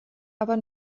aber